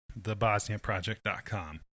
TheBosniaProject.com